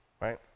right